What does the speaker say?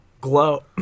glow